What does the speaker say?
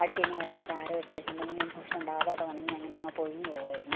അടുപ്പിൽ നിന്നു വരുന്ന ചാരം ഇട്ടിട്ടുണ്ടെങ്കിലിൻഫെക്ഷൻ ഉണ്ടാകാതെ അത് ഉണങ്ങി അങ്ങനങ്ങ് പൊഴിഞ്ഞു പോകുമായിരുന്നു